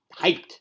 hyped